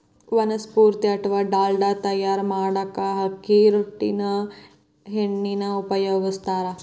ವನಸ್ಪತಿ ಅತ್ವಾ ಡಾಲ್ಡಾ ತಯಾರ್ ಮಾಡಾಕ ಅಕ್ಕಿ ಹೊಟ್ಟಿನ ಎಣ್ಣಿನ ಉಪಯೋಗಸ್ತಾರ